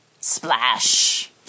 Splash